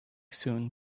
soon